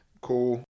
Cool